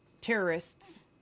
terrorists